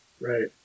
Right